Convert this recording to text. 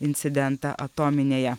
incidentą atominėje